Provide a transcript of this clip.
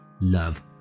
love